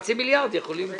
מהחצי מיליארד שקלים.